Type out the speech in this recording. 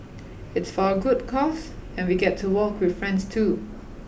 it's for a good cause and we get to walk with friends too